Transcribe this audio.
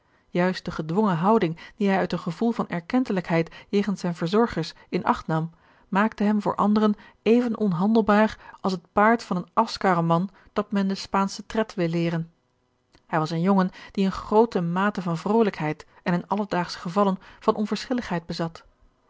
juist de gedwongen houding die hij uit een gevoel van erkentelijkheid jegens zijne verzorgers in acht nam maakte hem voor anderen even onhandelbaar als het paard van een aschkarreman dat men den spaanschen tred wil leeren hij was een jongen die eene groote mate van vrolijkheid en in alledaagsche gevallen van onverschilligheid bezat